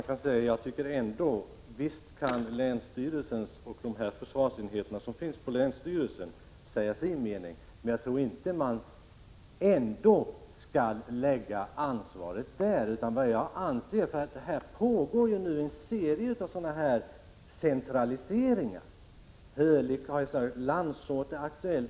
Herr talman! Ja, visst skall länsstyrelsen och försvarsenheten där få säga sin mening, men jag tror inte att man skall lägga ansvaret på dem. Det pågår en serie av centraliseringar. Hölicks har nämnts och Landsort är aktuellt.